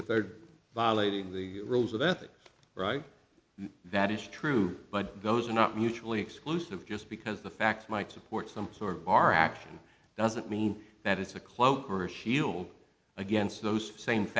if they're violating the rules of ethics right that is true but those are not mutually exclusive just because the facts might support some sort of bar action doesn't mean that it's a cloak or a shield against those same